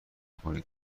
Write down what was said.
کنید